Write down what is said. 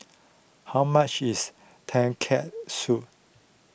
how much is Tonkatsu